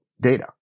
data